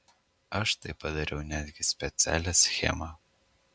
aš štai padariau netgi specialią schemą